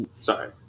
Sorry